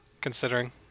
considering